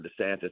DeSantis